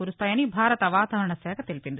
కురుస్తాయని భారత వాతావరణ శాఖ తెలిపింది